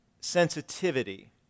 sensitivity